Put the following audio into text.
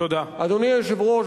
אדוני היושב-ראש,